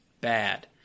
bad